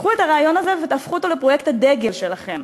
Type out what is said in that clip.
קחו את הרעיון הזה ותהפכו אותו לפרויקט הדגל שלכם.